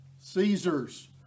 Caesar's